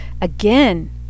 Again